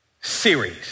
series